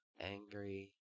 angry